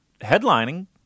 headlining